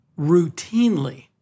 routinely